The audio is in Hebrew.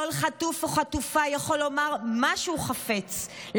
כל חטוף או חטופה יכולים לומר מה שהם חפצים,